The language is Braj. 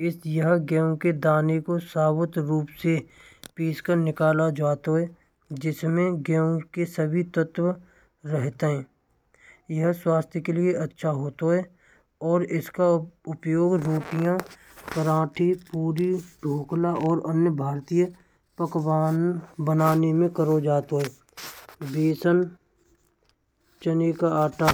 क्या यह गेहूं के दाने को साबुत रूप से पिसकर निकाला जाता है। जिसमें गेहूं के सभी तत्व रहते हैं यह स्वास्थ्य के लिए अच्छा होतौ। और इसका उपयोग रोटियाँ परांठे पूरी ढोकला और अन्य भारतेय पकवान बनाने में करौ जातो हय। बेसन चने का आटा।